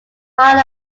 part